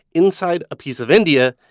inside a piece of india,